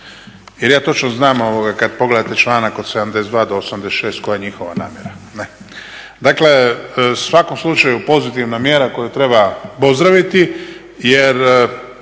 Jer ja točno znam kad pogledate članak od 72. do 86. koja je njihova namjera. Ne? Dakle, u svakom slučaju pozitivna mjera koju treba pozdraviti. Jer